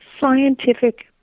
scientific